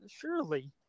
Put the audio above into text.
surely